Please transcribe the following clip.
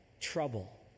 trouble